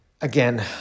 again